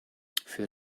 für